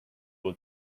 will